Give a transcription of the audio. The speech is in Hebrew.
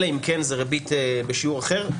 אלא אם כן זאת ריבית בשיעור אחר,